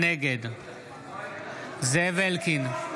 נגד זאב אלקין,